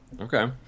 Okay